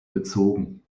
bezogen